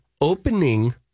opening